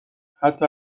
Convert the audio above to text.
حتی